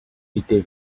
était